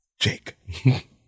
Jake